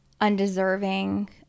Undeserving